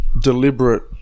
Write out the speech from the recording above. deliberate